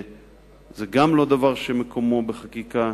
וגם זה לא דבר שמקומו בחקיקה.